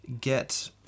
get